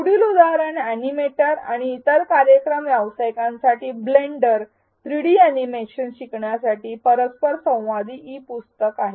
पुढील उदाहरण अॅनिमेटर आणि इतर कार्यरत व्यावसायिकांसाठी ब्लेंडर 3 डी अॅनिमेशन शिकण्यासाठी परस्पर संवादी ई पुस्तक आहे